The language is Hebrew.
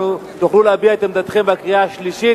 תוכלו להביע את עמדתכם בקריאה השלישית.